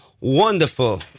wonderful